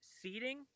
seating